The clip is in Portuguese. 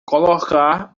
colocar